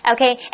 Okay